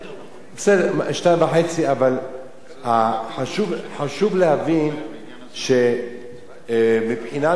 בסדר, אבל חשוב להבין שמבחינה מסחרית,